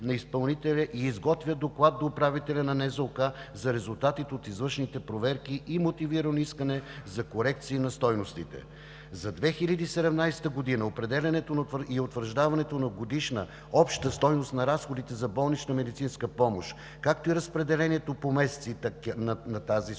на изпълнителя и изготвя Доклад до управителя на НЗОК за резултатите от извършените проверки и мотивирано искане за корекции на стойностите. За 2017 г. определянето и утвърждаването на годишна обща стойност на разходите за болнична медицинска помощ, както и разпределението по месеци на тази сума се